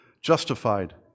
justified